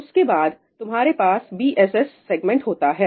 उसके बाद तुम्हारे पास BSS सेगमेंट होता है